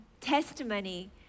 testimony